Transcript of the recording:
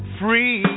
free